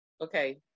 Okay